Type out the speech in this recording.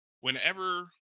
whenever